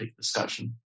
discussion